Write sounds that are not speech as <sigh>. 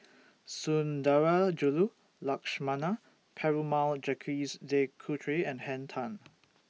<noise> Sundarajulu Lakshmana Perumal Jacques De Coutre and Henn Tan